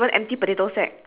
ya that one